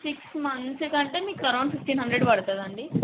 six మంత్స్కి అంటే మీకు ఏరౌండ్ ఫీఫ్టీన్ హాండ్రెడ్ పడుతుందండి